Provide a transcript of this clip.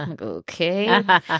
Okay